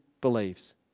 believes